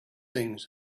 things